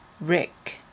rick